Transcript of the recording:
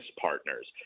partners